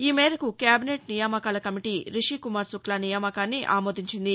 ఈ మేరకు కేబినేట్ నియామకాల కమిటీ రిషి కుమార్ శుక్లా నియామకాన్ని ఆమోదించింది